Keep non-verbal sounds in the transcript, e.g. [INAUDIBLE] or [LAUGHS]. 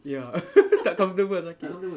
ya [LAUGHS] tak comfortable